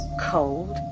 cold